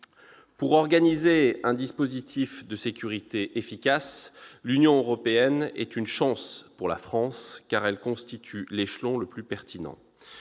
Pour organiser un dispositif de sécurité efficace, l'Union européenne est une chance pour la France, car elle constitue l'échelon le plus pertinent.